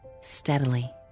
steadily